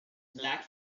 black